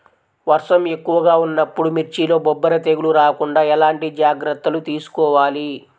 వర్షం ఎక్కువగా ఉన్నప్పుడు మిర్చిలో బొబ్బర తెగులు రాకుండా ఎలాంటి జాగ్రత్తలు తీసుకోవాలి?